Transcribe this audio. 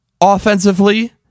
Offensively